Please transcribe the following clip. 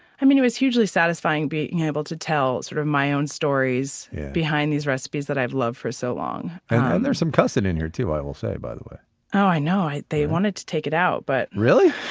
i mean, it is hugely satisfying being able to tell sort of my own stories behind these recipes that i've loved for so long and there's some cussing' in here, too, i will say, by the way i know. they wanted to take it out but, really?